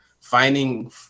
finding